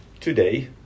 today